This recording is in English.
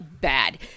bad